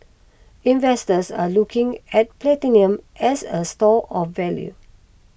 investors are looking at platinum as a store of value